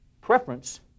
preference